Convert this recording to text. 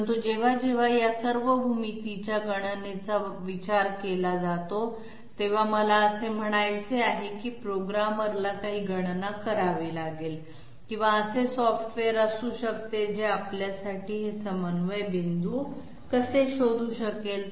परंतु जेव्हा जेव्हा या सर्व भूमितींच्या गणनेचा विचार केला जातो तेव्हा मला असे म्हणायचे आहे की प्रोग्रामरला काही गणना करावी लागेल किंवा असे सॉफ्टवेअर असू शकते जे आपल्यासाठी हे समन्वय पॉईंट कसे शोधू शकेल